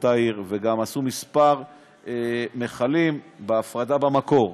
באותה העיר וגם עשו כמה מכלים להפרדה במקור.